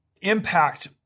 impact